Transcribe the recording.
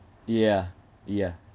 yeah yeah